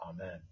Amen